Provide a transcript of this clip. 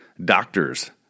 doctors